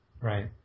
Right